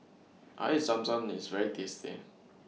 Air Zam Zam IS very tasty